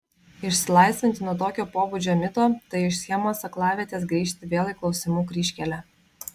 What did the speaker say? išsilaisvinti nuo tokio pobūdžio mito tai iš schemos aklavietės grįžti vėl į klausimų kryžkelę